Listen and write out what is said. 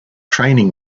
training